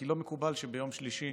כי לא מקובל שביום שלישי